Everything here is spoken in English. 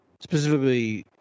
Specifically